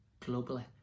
globally